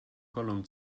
gollum